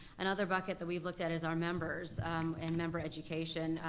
another bucket that we've looked at is our members and member education.